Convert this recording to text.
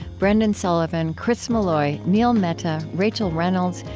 brendan sullivan, chris malloy, neil mehta, rachel reynolds,